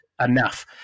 enough